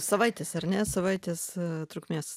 savaitės ir ne savaitės trukmės